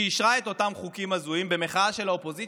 שאישרה את אותם חוקים הזויים במחאה של האופוזיציה,